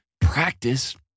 practice